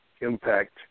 impact